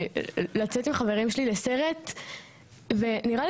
בא לי לצאת עם חברים שלי לסרט ונראה לי